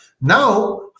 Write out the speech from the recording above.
Now